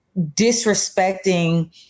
disrespecting